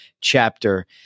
chapter